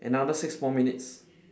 another six more minutes